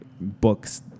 books